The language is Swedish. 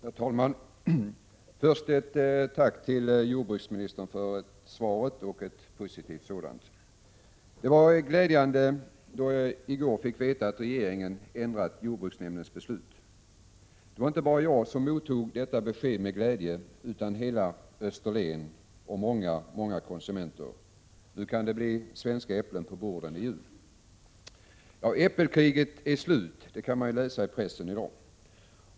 Herr talman! Först ett tack till jordbruksministern för ett positivt svar. Det var glädjande då jag i går fick veta att regeringen ändrat jordbruksnämndens beslut. Det var inte bara jag som mottog detta besked med glädje, utan hela Österlen och många, många konsumenter. Nu kan det bli svenska äpplen på borden i jul! Ja, äppelkriget är slut, kan man läsa i pressen i dag.